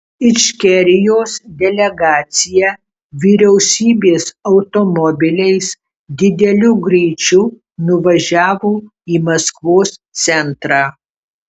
ičkerijos delegacija vyriausybės automobiliais dideliu greičiu nuvažiavo į maskvos centrą